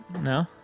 No